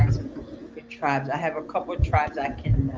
good tribe's. i have a couple tribes i could